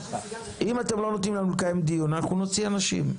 אם אתם לא נותנים לנו לקיים דיון אנחנו נוציא אנשים,